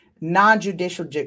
Non-judicial